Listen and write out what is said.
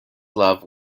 love